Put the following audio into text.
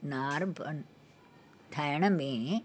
नार्बन ठहिण में